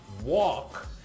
walk